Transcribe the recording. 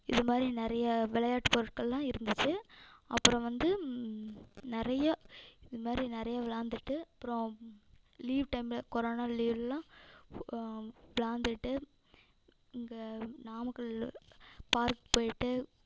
இது மாதிரி நிறைய விளையாட்டு பொருட்கள்லாம் இருந்துச்சு அப்பறம் வந்து நிறைய இது மாதிரி நிறைய விளாண்டுட்டு அப்றம் லீவ் டைமில் கொரோனா லீவ்லாம் விளாண்டுட்டு இங்கே நாமக்கலில் பார்க் போயிட்டு